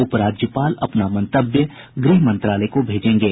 उप राज्यपाल अपना मंतव्य गृह मंत्रालय को भेजेंगे